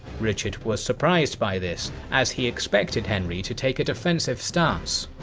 richard was surprised by this as he expected henry to take a defensive stance.